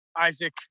Isaac